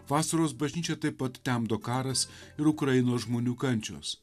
vasaros bažnyčią taip pat temdo karas ir ukrainos žmonių kančios